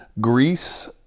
Greece